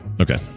Okay